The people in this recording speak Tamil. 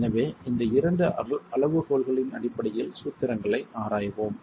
எனவே இந்த இரண்டு அளவுகோல்களின் அடிப்படையில் சூத்திரங்களை ஆராய்வோம்